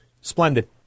Splendid